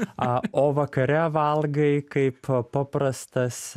a o vakare valgai kaip paprastas